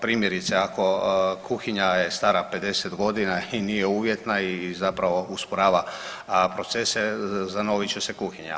Primjerice, ako kuhinja je stara 50 godina i nije uvjetna i zapravo usporava procese, zanovit će se kuhinja.